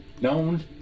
known